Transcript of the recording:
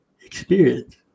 experience